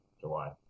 July